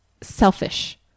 selfish